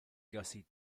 gussie